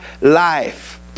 life